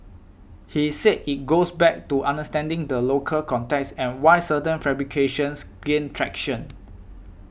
he said it goes back to understanding the local context and why certain fabrications gain traction